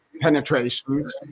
penetration